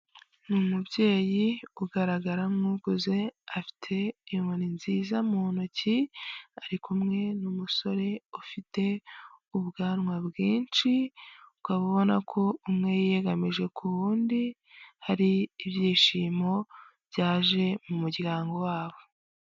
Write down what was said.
Ni umubyeyi ugaragara nk'ukuze, afite inkoni nziza mu ntoki, ari kumwe n'umusore ufite ubwanwa bwinshi, ukaba ubona ko umwe yiyegamije ku wundi, hari ibyishimo byaje mu muryango wabo.